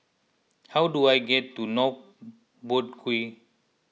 how do I get to North Boat Quay